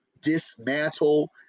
dismantle